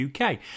UK